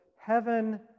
Heaven